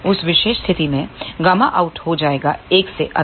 उस विशेष स्थिति में Γout हो जाएगा 1 से अधिक